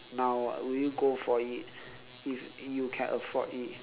now would you go for it if you can afford it